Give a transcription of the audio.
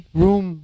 room